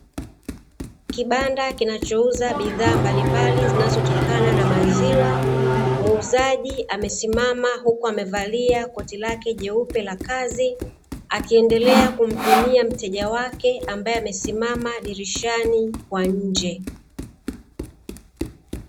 Kibanda kinacho uza bidhaa mbalimbali zinazotokana na maziwa, muuzaji amesimama huku amevalia koti lake jeupe la kazi akiendelea kumpimia mteja wake ambae amesimama dirishani kwa nnje.